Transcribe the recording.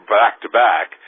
back-to-back